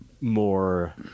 more